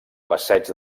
passeig